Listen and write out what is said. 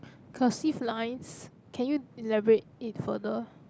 cursive lines can you elaborate it further